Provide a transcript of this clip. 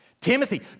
Timothy